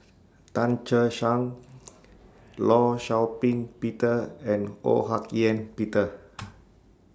Tan Che Sang law Shau Ping Peter and Ho Hak Ean Peter